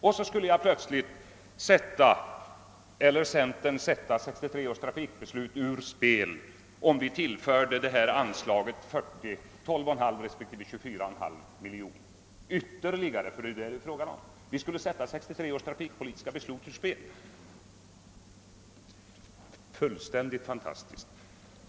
Och så skulle vi inom centern plötsligt sätta 1963 års trafikpolitiska beslut ur spel, om vi tillförde ifrågavarande ansiag 12,5 respektive 24,5 miljoner ytterligare — det är vad det är fråga om! Fullständigt fantastiskt!